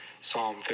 Psalm